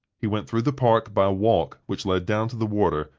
he went through the park by walk which led down to the water,